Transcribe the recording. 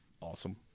awesome